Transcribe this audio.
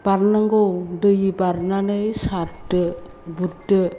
बारनांगौ दै बारनानानै सारदो गुरदो